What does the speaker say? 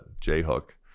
j-hook